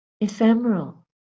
ephemeral